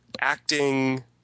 acting